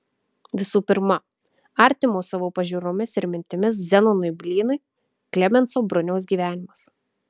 visų pirma artimo savo pažiūromis ir mintimis zenonui blynui klemenso bruniaus gyvenimas